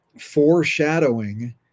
foreshadowing